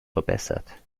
verbessert